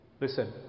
Listen